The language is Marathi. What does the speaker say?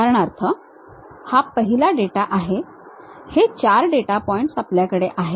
उदाहरणार्थ हा पहिला डेटा आहे हे 4 डेटा पॉइंट आपल्याकडे आहेत